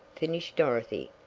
finished dorothy.